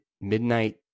midnight